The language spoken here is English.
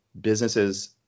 businesses